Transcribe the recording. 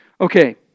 Okay